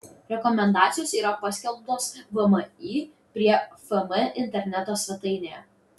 rekomendacijos yra paskelbtos vmi prie fm interneto svetainėje